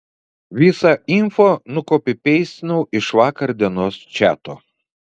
visą info nukopipeistinau iš vakar dienos čato